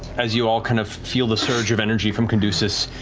as you all kind of feel the surge of energy from caduceus,